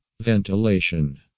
Ventilation